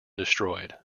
destroyed